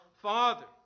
Father